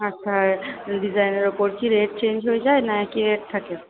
আচ্ছা আর ডিজাইনের উপর কি রেট চেঞ্জ হয়ে যায় না কি একই রেট থাকে